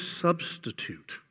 substitute